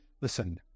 Listen